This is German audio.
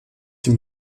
dem